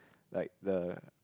like the